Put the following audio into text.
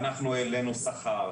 ואנחנו העלנו שכר,